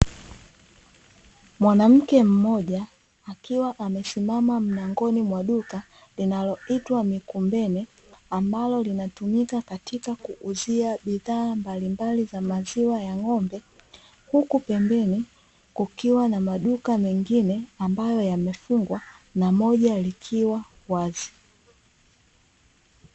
Mwanamke mmoja akiwa amesimama mlangoni mwa duka, linaloitwa mikumbene, ambalo linatumika katika kuuzia bidhaa mbalimbali za maziwa ya ngombe, huku pembeni kukiwa na maduka mengine ambayo yamefungwa na moja likiwa wazi.